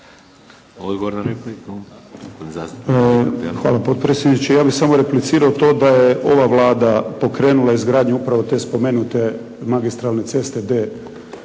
Hvala potpredsjedniče. Ja bih samo replicirao to da je ova Vlada pokrenula izgradnju upravo te spomenute magistralne ceste